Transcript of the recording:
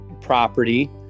property